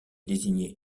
désigner